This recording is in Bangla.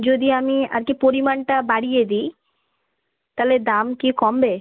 যদি আমি আর কি পরিমাণটা বাড়িয়ে দিই তাহলে দাম কি কমবে